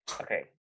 Okay